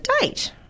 date